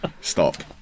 Stop